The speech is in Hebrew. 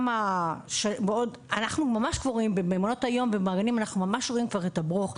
אנחנו ממש רואים את הברוך.